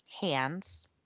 hands